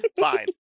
Fine